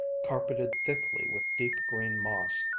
carpeted thickly with deep green moss,